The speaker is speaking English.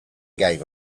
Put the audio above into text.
gave